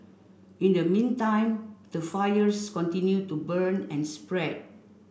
in the meantime the fires continue to burn and spread